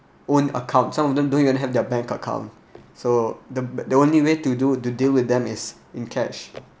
own account some of them don't even have their bank account so the only way to do to deal with them is in cash